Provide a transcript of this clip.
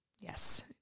Yes